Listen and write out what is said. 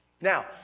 Now